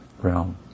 realm